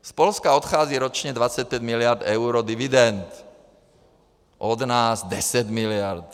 Z Polska odchází ročně 25 mld. eur dividend, od nás 10 mld.